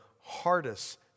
hardest